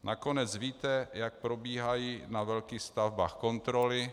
Nakonec víte, jak probíhají na velkých stavbách kontroly.